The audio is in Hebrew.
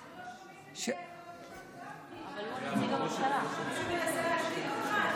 לא שומעים את חבר הכנסת גפני, מנסה להשתיק אותך?